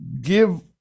give